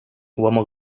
uomo